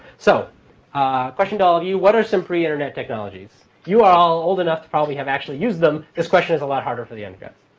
so question to all of you. what are some pre-internet technologies? you are all old enough to probably have actually used them. this question is a lot harder for the younger guys.